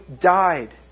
died